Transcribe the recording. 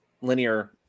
linear